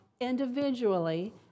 individually